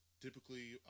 Typically